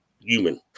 human